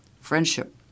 Friendship